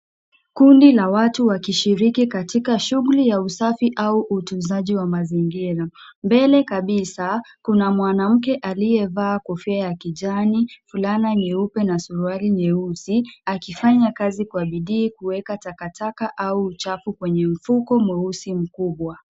Kundi la watu wakishiriki katika shuguli ya usafi au utunzaji wa mazingira. Mbele kabisa kuna mwanamke aliyevaa kofia ya kijani, fulana nyeupe na suruali nyeusi akifanya kazi kwa bidii kuweka takataka au uchafu kwenye mfuko mweusi mkubwa.